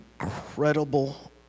incredible